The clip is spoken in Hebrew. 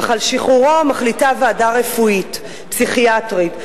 אך על שחרורו מחליטה ועדה רפואית פסיכיאטרית.